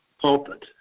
pulpit